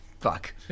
fuck